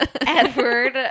Edward